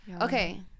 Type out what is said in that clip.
Okay